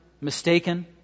mistaken